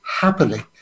happily